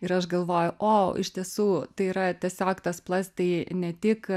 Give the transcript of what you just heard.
ir aš galvoju o iš tiesų tai yra tiesiog tas plast tai ne tik